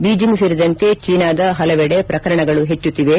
Beijing ಸೇರಿದಂತೆ ಚೀನಾದ ಹಲವೆಡೆ ಪ್ರಕರಣಗಳು ಹೆಚ್ಚುತ್ತಿವೆ